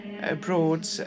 abroad